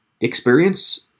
experience